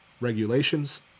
regulations